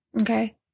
Okay